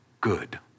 good